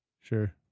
Sure